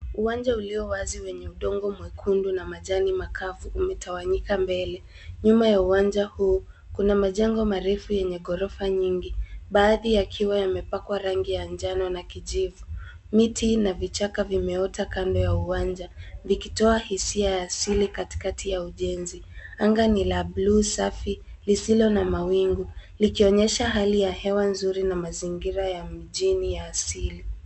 Uwanja ulio wazi wenye udongo mwekundu na majani makavu umetawanyika mbele. Nyuma ya uwanja huu kuna majengo marefu yenye ghorofa nyingi, baadhi yakiwa yamepakwa rangi ya njano na kijivu. Miti na vichaka vimeota kando ya uwanja, vikitoa hisia asili katikati ya ujenzi. Anga ni ya bluu safi isiyo na mawingu, ikionyesha hali ya hewa nzuri na mazingira ya mjini ya asili.